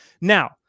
now